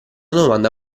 domanda